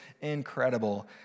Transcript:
incredible